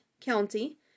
County